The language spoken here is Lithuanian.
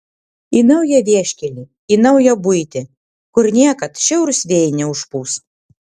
į naują vieškelį į naują buitį kur niekad šiaurūs vėjai neužpūs